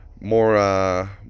more